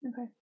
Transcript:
Okay